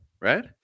right